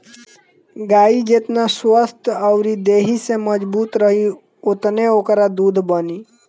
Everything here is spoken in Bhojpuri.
गाई जेतना स्वस्थ्य अउरी देहि से मजबूत रही ओतने ओकरा दूध बनी